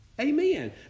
Amen